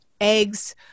eggs